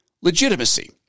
legitimacy